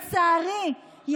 לצערי,